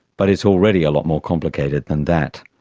but it's already a lot more complicated than that.